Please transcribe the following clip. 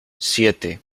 siete